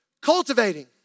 Cultivating